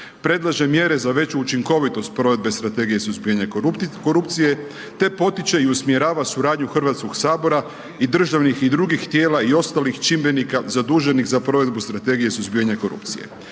predlaže mjere za veću učinkovitost provedbe Strategije suzbijanja korupcije te potiče i usmjerava suradnju Hrvatskog sabora i državnih i drugih tijela i ostalih čimbenika zaduženih za provedbu Strategije suzbijanja korupcije.